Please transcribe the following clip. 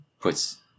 puts